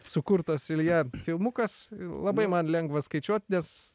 sukurtas ilja filmukas labai man lengva skaičiuot nes